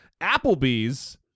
Applebee's